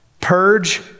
Purge